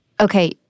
Okay